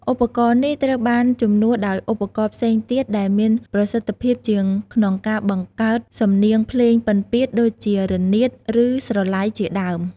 ឧបករណ៍នេះត្រូវបានជំនួសដោយឧបករណ៍ផ្សេងទៀតដែលមានប្រសិទ្ធភាពជាងក្នុងការបង្កើតសំនៀងភ្លេងពិណពាទ្យ ដូចជារនាត ឬស្រឡៃជាដើម។